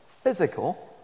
physical